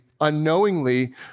unknowingly